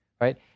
right